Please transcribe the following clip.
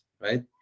right